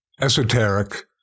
esoteric